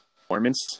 performance